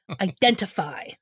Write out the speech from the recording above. Identify